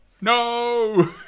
no